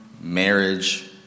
marriage